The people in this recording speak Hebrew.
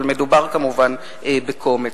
אבל מדובר כמובן בקומץ.